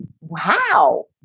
Wow